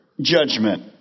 judgment